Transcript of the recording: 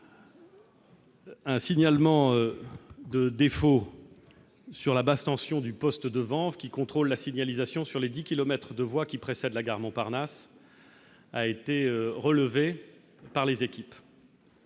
Un signalement de défaut sur la basse tension du poste de qui contrôle la signalisation sur les 10 kilomètres de voies qui précède la gare Montparnasse. A été relevé par les équipes